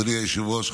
אדוני היושב-ראש,